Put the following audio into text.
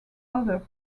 other